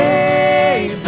a